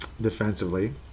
defensively